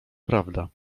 prawda